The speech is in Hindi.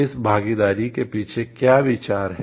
इस भागीदारी के पीछे क्या विचार है